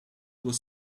was